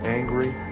angry